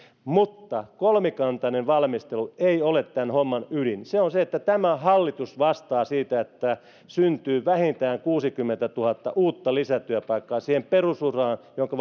mutta kolmikantainen valmistelu ei ole tämän homman ydin se on se että tämä hallitus vastaa siitä että syntyy vähintään kuusikymmentätuhatta uutta lisätyöpaikkaa siihen perusuraan jonka